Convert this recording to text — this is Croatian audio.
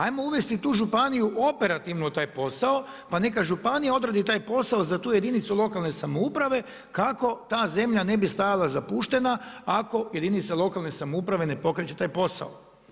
Ajmo uvesti tu županiju operativno u taj posao pa neka županija odradi taj posao za tu jedinicu lokalne samouprave kako ta zemlja ne bi stajala zapuštena ako jedinica lokalne samouprave ne pokreće taj posao.